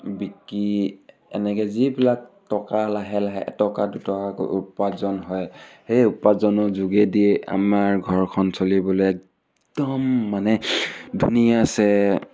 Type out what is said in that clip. বিকি এনেকৈ যিবিলাক টকা লাহে লাহে এটকা দুটকাকৈ উপাৰ্জন হয় সেই উপাৰ্জনৰ যোগেদি আমাৰ ঘৰখন চলিবলৈ একদম মানে ধুনীয়াছে